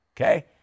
okay